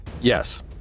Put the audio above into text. Yes